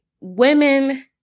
women